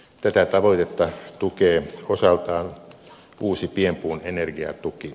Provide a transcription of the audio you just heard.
tätä tavoitetta tukee osaltaan uusi pienpuun energiatuki